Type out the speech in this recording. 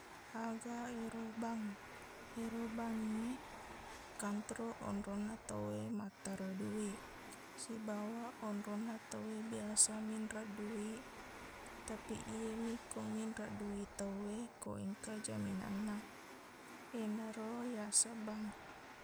Aga ero bank ero bank nge kantoroq onronna tauwe mattaro duiq sibawa onronna tauwe biasa minreng duiq tapiq iyemi ko minreng duiq tauwe ko engka jaminanna iyanaro yaseng bank